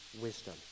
wisdom